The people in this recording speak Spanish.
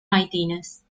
maitines